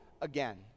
again